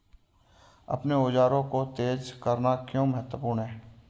अपने औजारों को तेज करना क्यों महत्वपूर्ण है?